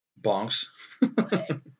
Bonks